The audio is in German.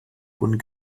von